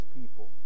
people